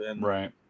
Right